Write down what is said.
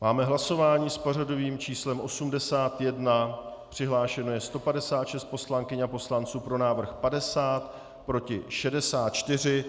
Máme hlasování s pořadovým číslem 81, přihlášeno je 156 poslankyň a poslanců, pro návrh 50, proti 64.